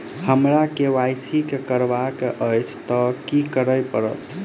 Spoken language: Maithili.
हमरा केँ वाई सी करेवाक अछि तऽ की करऽ पड़तै?